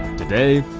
today,